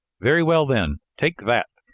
very well, then! take that,